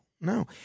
no